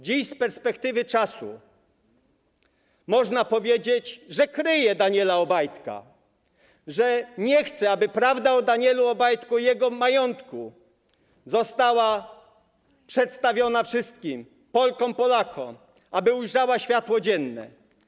Dziś z perspektywy czasu można powiedzieć, że kryje Daniela Obajtka, że nie chce, aby prawda o Danielu Obajtku i jego majątku została przedstawiona wszystkim Polkom i Polakom, aby ujrzała światło dzienne.